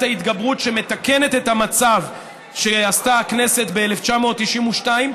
ההתגברות שמתקנת את המצב שעשתה הכנסת ב-1992,